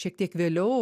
šiek tiek vėliau